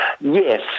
yes